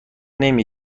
نمی